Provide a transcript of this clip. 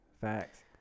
Facts